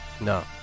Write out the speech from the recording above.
No